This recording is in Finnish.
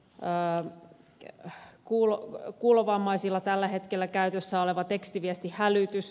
ja mikä on kuulovammaisilla tällä hetkellä käytössä oleva tekstiviestihälytys